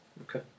Okay